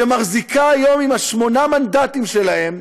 שמחזיקה היום, עם שמונה המנדטים שלהם,